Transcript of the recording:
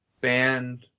band